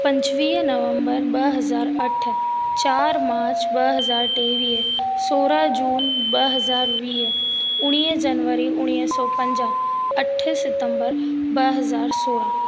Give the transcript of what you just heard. पंजवीह नवम्बर ॿ हज़ार अठ चारि मार्च ॿ हज़ार टेवीह सोरहां जून ॿ हज़ार वीह उणिवीह जनवरी उणिवीह सौ पंजाह अठ सितम्बर ॿ हज़ार सोरहां